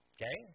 Okay